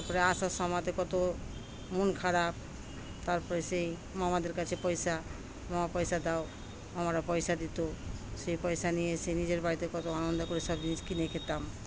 তারপরে আসার সময়তে কত মন খারাপ তারপরে সেই মামাদের কাছে পয়সা মামা পয়সা দাও মামারা পয়সা দিত সেই পয়সা নিয়ে সে নিজের বাড়িতে কত আনন্দ করে সব জিনিস কিনে খেতাম